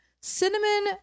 cinnamon